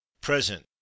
Present